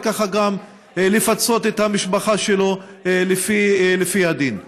וככה גם לפצות את המשפחה שלו לפי הדין.